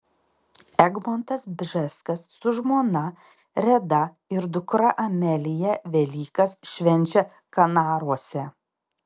egmontas bžeskas su žmona reda ir dukra amelija velykas švenčia kanaruose